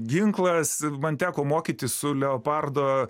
ginklas man teko mokytis su leopardo